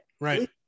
right